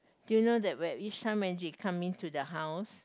do you know that when each time she come in to the house